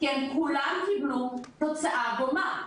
כי הם כולם קיבלו תוצאה דומה.